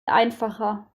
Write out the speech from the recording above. einfacher